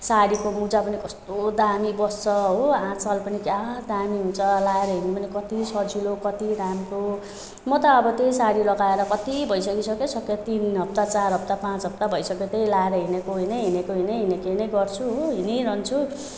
साडीको मुजा पनि कस्तो दामी बस्छ हो आँचल पनि क्या दामी हुन्छ लाएर हिँड्नु पनि कति सजिलो कत्ति राम्रो म त अब त्यही साडी लगाएर कति भइसकिसक्यो सक्यो तिन हप्ता चार हप्ता पाँच हप्ता भइसक्यो त्यही लाएर हिँडेकोहिँडै हिँडेकोहिँडै हिँडेकोहिँडै गर्छु हो हिँडिरहन्छु